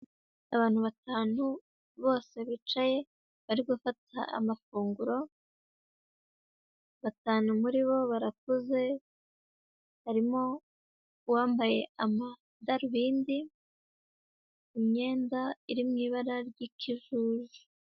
Abantu batanu bose bicaye bari gufata amafunguro, batanu muri bo barakuze harimo uwambaye amadarubindi, imyenda iri mu ibara ry'ikijuju.